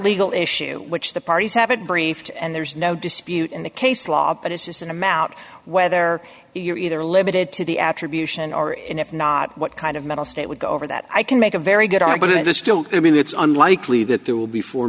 legal issue which the parties have it briefed and there's no dispute in the case law but it's just an amount whether you're either limited to the attribution or and if not what kind of mental state would go over that i can make a very good argument to still i mean it's unlikely that there will be four